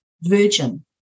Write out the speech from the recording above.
Virgin